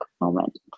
moment